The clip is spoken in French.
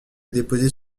déposés